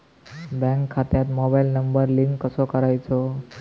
Bank खात्यात mobile number link कसो करायचो?